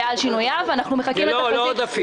ועל שינוייו אנחנו מחכים -- זה לא עודפים.